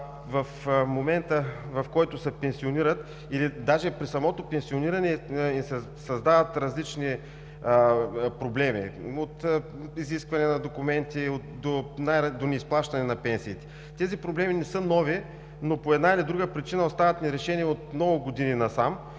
В момента, в който се пенсионират, или даже при самото пенсиониране им създават различни проблеми – от изискване на документи до неизплащане на пенсиите. Тези проблеми не са нови, но по една или друга причина остават нерешени от много години насам.